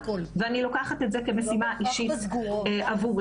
אני לוקחת את זה כמשימה אישית עבורי.